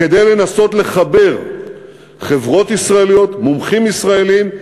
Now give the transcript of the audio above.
כדי לנסות לחבר חברות ישראליות, מומחים ישראלים,